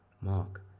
Mark